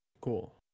Cool